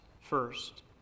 first